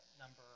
number